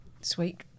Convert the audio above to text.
Sweet